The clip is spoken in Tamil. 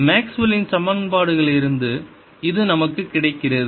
மேக்ஸ்வெல்லின் Maxwell's சமன்பாடுகளிலிருந்து இது நமக்குக் கிடைக்கிறது